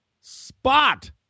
Spot